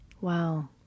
Wow